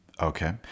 okay